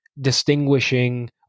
distinguishing